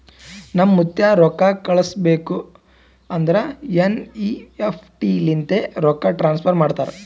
ನಮ್ ಮುತ್ತ್ಯಾ ರೊಕ್ಕಾ ಕಳುಸ್ಬೇಕ್ ಅಂದುರ್ ಎನ್.ಈ.ಎಫ್.ಟಿ ಲಿಂತೆ ರೊಕ್ಕಾ ಟ್ರಾನ್ಸಫರ್ ಮಾಡ್ತಾರ್